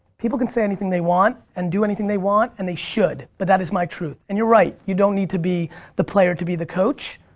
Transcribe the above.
people can say anything they want, and do anything they want and they should. but that is my truth. and you're right you don't need to be the player to be the coach,